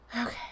okay